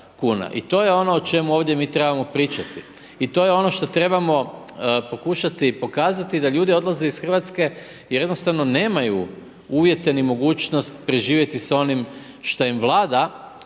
I to je ono o čemu ovdje mi trebamo primati i to je ono što trebamo pokušati pokazati, da ljudi odlaze iz Hrvatske jer jednostavno nemaju uvijete ni mogućnost preživjeti s onim što im vlada